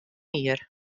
jier